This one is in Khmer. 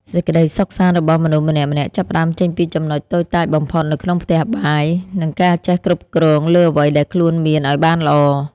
សេចក្តីសុខសាន្តរបស់មនុស្សម្នាក់ៗចាប់ផ្តើមចេញពីចំណុចតូចតាចបំផុតនៅក្នុងផ្ទះបាយ និងការចេះគ្រប់គ្រងលើអ្វីដែលខ្លួនមានឱ្យបានល្អ។